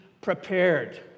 prepared